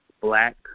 black